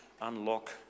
unlock